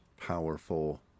powerful